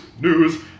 news